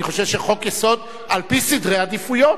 אני חושב שחוק-יסוד, על-פי סדרי עדיפויות.